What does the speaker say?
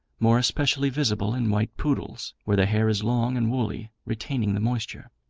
more especially visible in white poodles, where the hair is long and woolly, retaining the moisture.